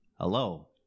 Hello